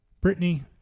Brittany